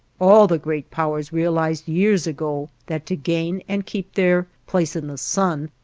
all the great powers realized years ago that, to gain and keep their place in the sun,